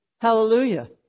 hallelujah